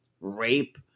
rape